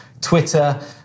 Twitter